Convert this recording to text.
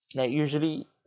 like usually